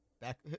back